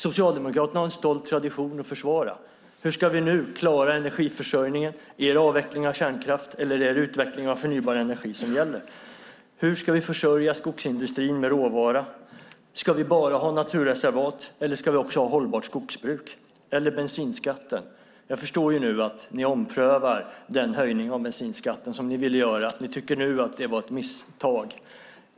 Socialdemokraterna har en stolt tradition att försvara. Hur ska vi klara energiförsörjningen? Är det avveckling av kärnkraft eller utveckling av förnybar energi som gäller? Hur ska vi försörja skogsindustrin med råvara? Ska vi bara ha naturreservat eller ska vi även ha hållbart skogsbruk? Och hur blir det med bensinskatten? Jag förstår att ni nu omprövar den höjning av bensinskatten som ni ville göra, att ni nu tycker att det var ett misstag.